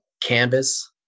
canvas